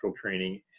training